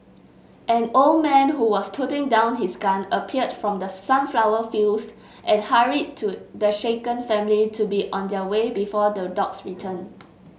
an old man who was putting down his gun appeared from the sunflower fields and hurried to the shaken family to be on their way before the dogs return